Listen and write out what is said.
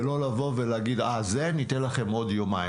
ושלא להגיד: לזה ניתן לכם עוד יומיים,